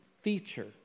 feature